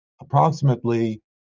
approximately